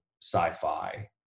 sci-fi